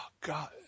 God